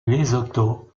lesotho